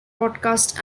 broadcasts